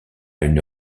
une